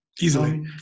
Easily